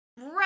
Right